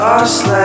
lost